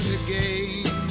again